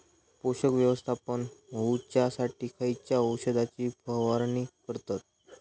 पोषक व्यवस्थापन होऊच्यासाठी खयच्या औषधाची फवारणी करतत?